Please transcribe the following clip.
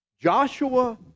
Joshua